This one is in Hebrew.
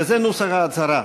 וזה נוסח ההצהרה: